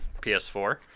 PS4